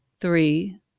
Three